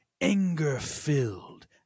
anger-filled